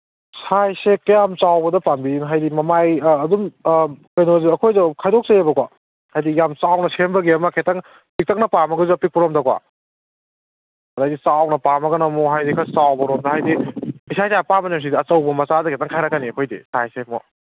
ꯁꯥꯏꯖꯁꯦ ꯀ꯭ꯌꯥꯝ ꯆꯥꯎꯕꯗ ꯄꯥꯝꯕꯤꯔꯤꯅꯣ ꯍꯥꯏꯗꯤ ꯃꯃꯥꯏ ꯑꯗꯨꯝ ꯀꯩꯅꯣꯁꯨ ꯑꯩꯈꯣꯏꯗꯣ ꯈꯥꯏꯗꯣꯛꯆꯩꯌꯦꯕꯀꯣ ꯍꯥꯏꯗꯤ ꯌꯥꯝ ꯆꯥꯎꯅ ꯁꯦꯝꯕꯒꯤ ꯑꯃ ꯈꯤꯇꯪ ꯄꯤꯛꯇꯛꯅ ꯄꯥꯝꯃꯒꯁꯨ ꯑꯄꯤꯛꯄ ꯂꯣꯝꯗꯀꯣ ꯑꯗꯒꯤ ꯆꯥꯎꯅ ꯄꯥꯝꯃꯒꯅ ꯑꯃꯨꯛ ꯈꯔ ꯆꯥꯎꯕ ꯂꯣꯝꯗ ꯍꯥꯏꯗꯤ ꯏꯁꯥ ꯏꯁꯥꯒꯤ ꯑꯄꯥꯝꯕꯅꯦ ꯁꯤꯗꯤ ꯑꯆꯧꯕ ꯃꯆꯥꯗ ꯈꯤꯇꯪ ꯈꯥꯏꯔꯛꯀꯅꯤ ꯑꯩꯈꯣꯏꯗꯤ ꯁꯥꯏꯖꯁꯦ ꯑꯃꯨꯛ